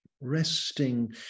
Resting